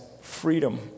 freedom